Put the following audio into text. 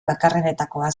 bakarrenetakoa